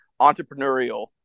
entrepreneurial